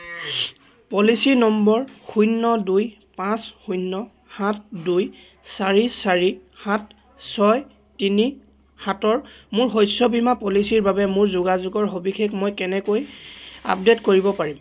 policy number শূন্য দুই পাঁচ শূন্য সাত দুই চাৰি চাৰি সাত ছয় তিনি সাতৰ মোৰ শস্য বীমা পলিচীৰ বাবে মোৰ যোগাযোগৰ সবিশেষ মই কেনেকৈ আপডে'ট কৰিব পাৰিম